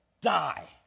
die